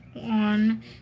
on